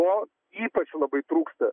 to ypač labai trūksta